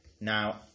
Now